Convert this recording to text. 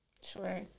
Sure